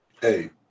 Hey